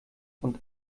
und